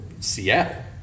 Seattle